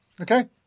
Okay